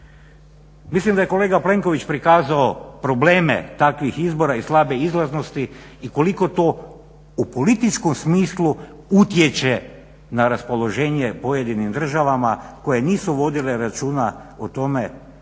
Mislim da je kolega Plenković prikazao probleme takvih izbora i slabe izlaznosti i koliko to u političkom smislu utječe na raspoloženje pojedinim državama koje nisu vodile računa o tome,